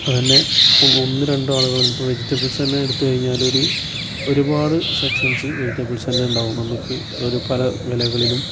അത് തന്നെ ഒന്ന് രണ്ടാളുകൾ ഇപ്പം വെജിറ്റബിൾസ് തന്നെ എടുത്ത് കഴിഞ്ഞാലൊരു ഒരുപാട് സെക്ഷൻസ് വെജിറ്റബിൾസ് തന്നെ ഉണ്ടാകും നമുക്ക് ഒരു പല വിലകളിലും